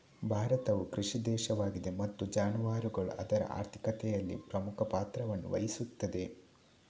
ಭಾರತವು ಕೃಷಿ ದೇಶವಾಗಿದೆ ಮತ್ತು ಜಾನುವಾರುಗಳು ಅದರ ಆರ್ಥಿಕತೆಯಲ್ಲಿ ಪ್ರಮುಖ ಪಾತ್ರವನ್ನು ವಹಿಸುತ್ತವೆ